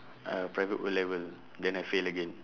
uh private O-level then I fail again